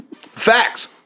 Facts